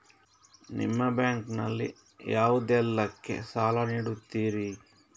ನಿಮ್ಮ ಬ್ಯಾಂಕ್ ನಲ್ಲಿ ಯಾವುದೇಲ್ಲಕ್ಕೆ ಸಾಲ ನೀಡುತ್ತಿರಿ?